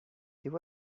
there